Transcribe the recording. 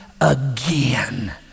again